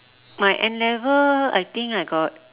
my N-level I think I got